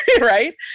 Right